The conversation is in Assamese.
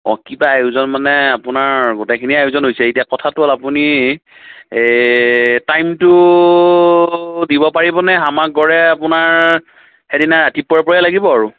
অঁ কিবা আয়োজন মানে আপোনাৰ গোটেইখিনি আয়োজন হৈছে এতিয়া কথাটো হ'ল আপুনি টাইমটো দিব পাৰিবনে আমাক গড়ে আপোনাৰ সেইদিনা ৰাতিপুৱাৰপৰাই লাগিব আৰু